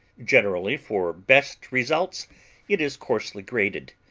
generally, for best results it is coarsely grated.